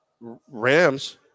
Rams